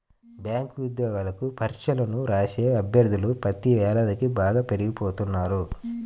bank ఉద్యోగాలకు పరీక్షలను రాసే అభ్యర్థులు ప్రతి ఏడాదికీ బాగా పెరిగిపోతున్నారు